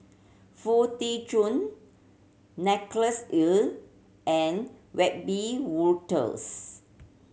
Foo Tee Jun Nicholas Ee and Wiebe Wolters